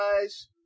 guys